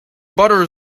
butter